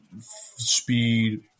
speed